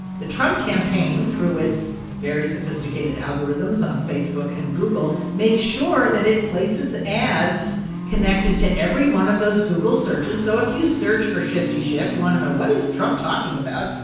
the trump campaign, through its very sophisticated algorithms on facebook and google, make sure that it places ads connected to every one of those google searches. so if you search for shifty schiff you want to know, what is trump talking about?